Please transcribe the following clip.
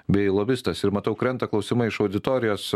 bei lobistas ir matau krenta klausimai iš auditorijos